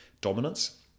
dominance